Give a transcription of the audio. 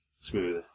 smooth